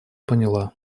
поняла